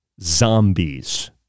zombies